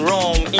Rome